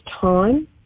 time